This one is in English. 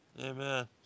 Amen